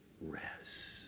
rest